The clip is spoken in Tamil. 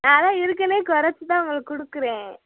நான் அதான் இருக்குறலே குறச்சி தான் நான் உங்களுக்கு கொடுக்குறேன்